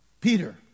Peter